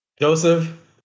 Joseph